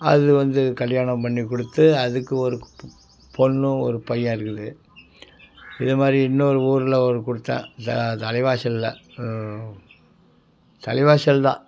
அது வந்து கல்யாணம் பண்ணி கொடுத்து அதுக்கு ஒரு பொண்ணு ஒரு பையன் இருக்குது இது மாதிரி இன்னொரு ஊரில் ஒரு கொடுத்தேன் இந்த தலைவாசலில் தலைவாசல் தான்